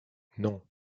non